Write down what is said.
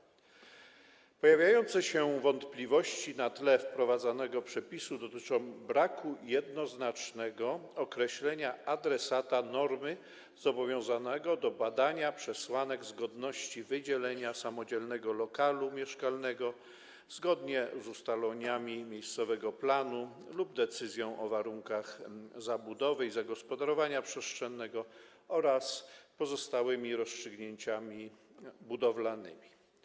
Wątpliwości pojawiające się na tle wprowadzanego przepisu dotyczą braku jednoznacznego określenia adresata normy zobowiązanego do badania przesłanek zgodności wydzielenia samodzielnego lokalu mieszkalnego zgodnie z ustaleniami miejscowego planu lub decyzją o warunkach zabudowy i zagospodarowania przestrzennego oraz pozostałymi rozstrzygnięciami budowlanymi.